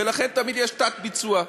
ולכן יש תמיד תת-ביצוע.